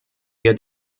wir